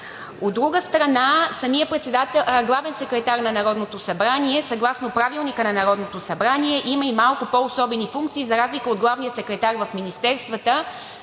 От друга страна, самият главен секретар на Народното събрание съгласно Правилника на Народното събрание има и малко по-особени функции, за разлика от главния секретар в министерствата,